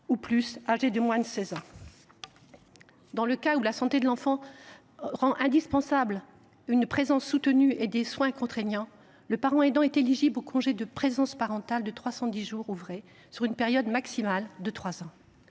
ou plus âgés de moins de 16 ans. Dans le cas où l’état de santé d’un enfant rend indispensables une présence soutenue et des soins contraignants, le parent aidant est éligible au congé de présence parentale de 310 jours ouvrés sur une période maximale de trois